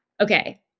Okay